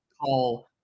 call